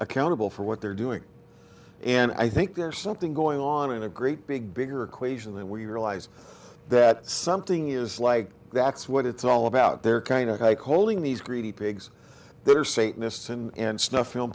accountable for what they're doing and i think there's something going on in a great big bigger equation than we realize that something is like that's what it's all about they're kind of like holding these greedy pigs they're satanists and snuff film